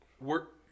work